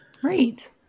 Great